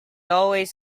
always